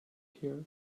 here